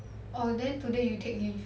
oh then today you take leave